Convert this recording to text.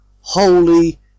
holy